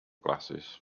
glasses